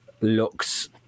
looks